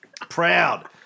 Proud